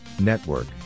network